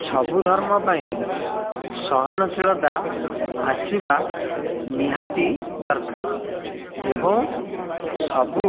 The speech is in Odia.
ସବୁ ଧର୍ମ ପାଇଁ ସହନଶୀଳତା ଆସିବା ନିହାତି ଦରକାର ଏବଂ ସବୁ